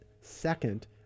second